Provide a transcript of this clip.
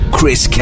Chris